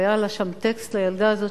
והיה לה שם טקסט לילדה הזאת,